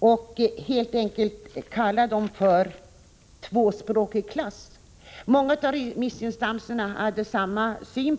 De skulle helt enkelt kallas för tvåspråkiga klasser. Många av remissinstanserna delade denna syn.